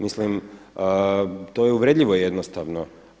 Mislim to je uvredljivo jednostavno.